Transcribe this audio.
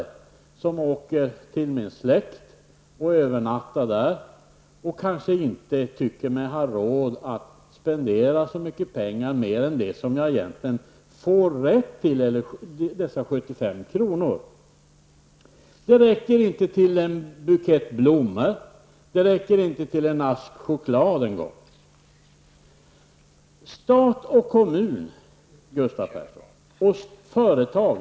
Jag åker till min släkt och övernattar där och tycker mig kanske inte ha råd att spendera så mycket pengar mer än det som jag har rätt till, nämligen 75 kr. Det räcker inte till en bukett blommor. Det räcker inte till en chokladask en gång.